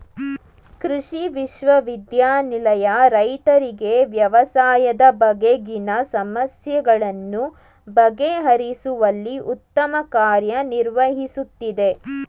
ಕೃಷಿ ವಿಶ್ವವಿದ್ಯಾನಿಲಯ ರೈತರಿಗೆ ವ್ಯವಸಾಯದ ಬಗೆಗಿನ ಸಮಸ್ಯೆಗಳನ್ನು ಬಗೆಹರಿಸುವಲ್ಲಿ ಉತ್ತಮ ಕಾರ್ಯ ನಿರ್ವಹಿಸುತ್ತಿದೆ